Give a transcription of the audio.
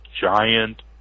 giant